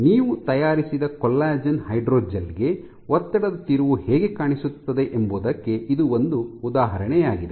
ನೀವು ತಯಾರಿಸಿದ collagen hydrogel ಗೆ ಒತ್ತಡದ ತಿರುವು ಹೇಗೆ ಕಾಣಿಸುತ್ತದೆ ಎಂಬುದಕ್ಕೆ ಇದು ಒಂದು ಉದಾಹರಣೆಯಾಗಿದೆ